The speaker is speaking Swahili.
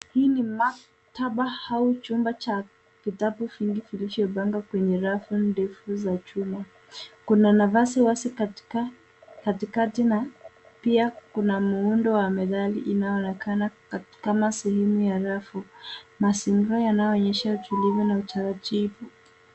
Hii ni maktaba au chumba cha vitabu vingi vilivyopangwa kwenye rafu ndefu za chuma. Kuna nafasi wazi katikati na pia kuna muundo wa methali inayoonekana kama sehemu ya rafu. Mazingira yanaonyesha utulivu na utaratibu.